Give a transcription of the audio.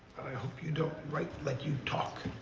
i hope you don't write like you talk.